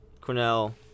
Cornell